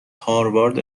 هاروارد